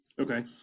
Okay